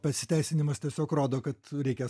pasiteisinimas tiesiog rodo kad reikia